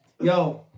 Yo